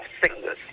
sickness